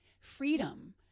freedom